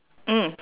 mm